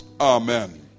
amen